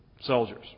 soldiers